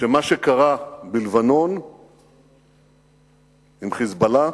שמה שקרה בלבנון עם "חיזבאללה"